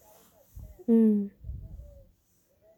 mm